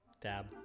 dab